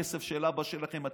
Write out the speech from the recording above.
כסף של אבא שלכם.